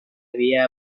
había